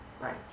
Right